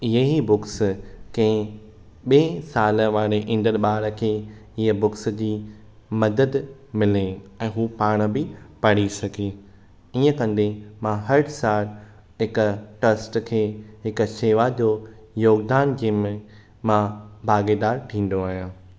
इहे ई बुक्स खे ॿिए साल वारे ईंदड़ु ॿार खे इहे बुक्स जी मदद मिले ऐं उहे पाण बि पढ़ी सघे ईअं कंदे मां हर सालु हिक ट्र्स्ट खे हिक शेवा जो योगदान जंहिंमें मां भागेदार थींदो आहियां